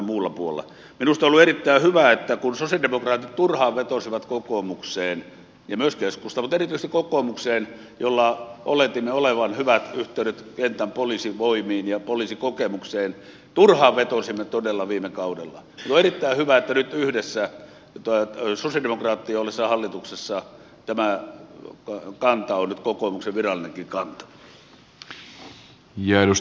minusta on ollut erittäin hyvä että kun sosialidemokraatit turhaan vetosivat kokoomukseen ja myös keskustaan mutta erityisesti kokoomukseen jolla oletimme olevan hyvät yhteydet kentän poliisivoimiin ja poliisikokemukseen turhaan vetosimme todella viime kaudella niin nyt yhdessä sosialidemokraattien ollessa hallituksessa tämä kanta on nyt kokoomuksen virallinenkin kanta